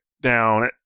down